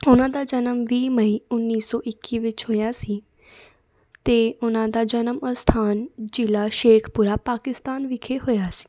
ਉਹਨਾਂ ਦਾ ਜਨਮ ਵੀਹ ਮਈ ਉੱਨੀ ਸੌ ਇੱਕੀ ਵਿੱਚ ਹੋਇਆ ਸੀ ਅਤੇ ਉਨ੍ਹਾਂ ਦਾ ਜਨਮ ਅਸਥਾਨ ਜ਼ਿਲ੍ਹਾ ਸ਼ੇਖਪੁਰਾ ਪਾਕਿਸਤਾਨ ਵਿਖੇ ਹੋਇਆ ਸੀ